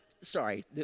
sorry